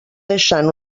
deixant